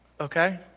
okay